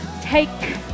Take